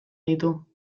ditu